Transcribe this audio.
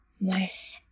nice